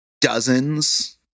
dozens